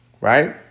Right